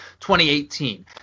2018